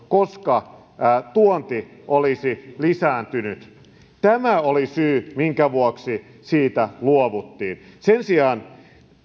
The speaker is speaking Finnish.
koska tuonti olisi lisääntynyt tämä oli syy minkä vuoksi siitä luovuttiin sen sijaan